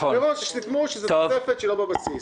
מראש סיכמו שזה תוספת שהיא לא בבסיס.